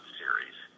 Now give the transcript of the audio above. series